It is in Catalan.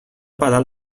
pedal